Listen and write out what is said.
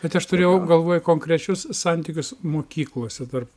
bet aš turėjau galvoj konkrečius santykius mokyklose tarp